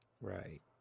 Right